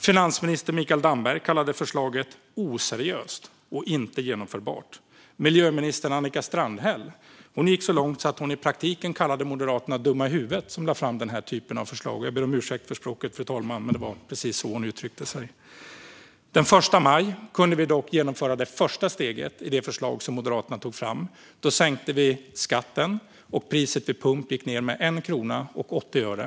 Finansminister Mikael Damberg kallade förslaget oseriöst och inte genomförbart. Miljöminister Annika Strandhäll gick så långt att hon i praktiken kallade Moderaterna dumma i huvudet som lade fram den här typen av förslag. Jag ber om ursäkt för språket, fru talman, men det var precis så hon uttryckte sig. Den 1 maj kunde vi dock genomföra det första steget i det förslag Moderaterna tagit fram. Då sänkte vi skatten, och priset vid pump gick ned med 1 krona och 80 öre.